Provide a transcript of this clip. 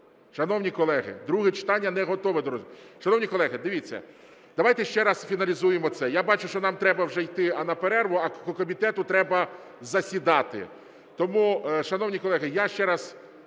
Шановні колеги, друге читання не готове до розгляду. Шановні колеги, от дивіться, давайте ще раз фіналізуємо це, я бачу, що нам треба вже йти на перерву, а комітету треба засідати. Тому, шановні колеги, я ще раз,